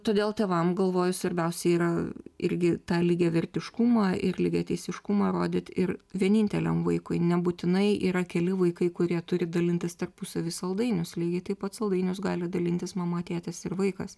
todėl tėvam galvoju svarbiausia yra irgi tą lygiavertiškumą ir lygiateisiškumą rodyt ir vieninteliam vaikui nebūtinai yra keli vaikai kurie turi dalintis tarpusavy saldainius lygiai taip pat saldainius gali dalintis mama tėtis ir vaikas